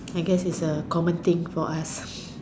I guess is a common thing for us